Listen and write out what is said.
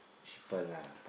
cheaper lah